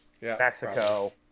Mexico